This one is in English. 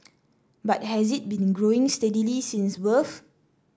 but has it been growing steadily since birth